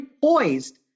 poised